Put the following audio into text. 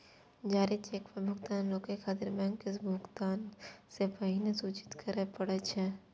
जारी चेक पर भुगतान रोकै खातिर बैंक के भुगतान सं पहिने सूचित करय पड़ै छै